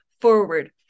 forward